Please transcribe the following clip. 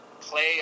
play